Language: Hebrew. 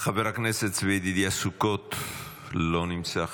חבר הכנסת צבי ידידיה סוכות, לא נמצא.